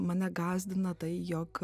mane gąsdina tai jog